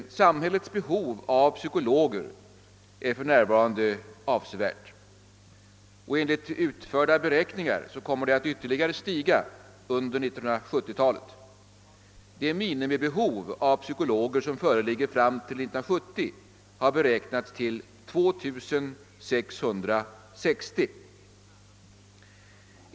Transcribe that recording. Samhällets behov av psykologer är för närvarande avsevärt, och enligt utförda beräkningar kommer det att stiga ytterligare under 1970-talet. Det minimibehov av psykologer som föreligger fram till 1970 har beräknats till 2 660.